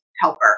helper